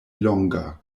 longa